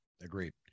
agreed